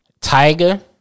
Tiger